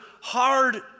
hard